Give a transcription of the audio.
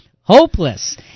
hopeless